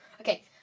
Okay